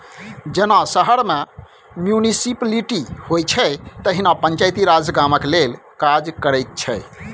जेना शहर मे म्युनिसप्लिटी होइ छै तहिना पंचायती राज गामक लेल काज करैत छै